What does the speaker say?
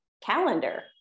calendar